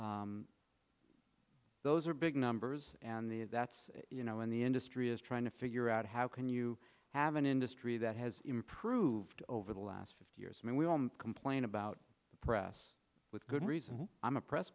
deliver those big numbers and that's you know and the industry is trying to figure out how can you have an industry that has improved over the last fifty years i mean we all complain about the press with good reason i'm a press